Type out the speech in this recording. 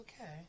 okay